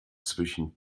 zwischen